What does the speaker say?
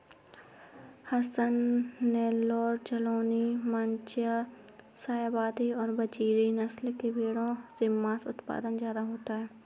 हसन, नैल्लोर, जालौनी, माण्ड्या, शाहवादी और बजीरी नस्ल की भेंड़ों से माँस उत्पादन ज्यादा होता है